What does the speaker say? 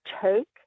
take